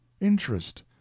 interest